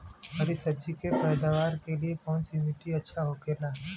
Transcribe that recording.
हरी सब्जी के पैदावार के लिए कौन सी मिट्टी अच्छा होखेला?